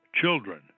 children